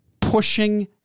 pushing